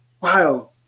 wow